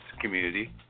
community